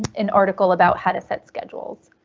an article about how to set schedules.